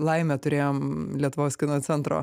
laimė turėjom lietuvos kino centro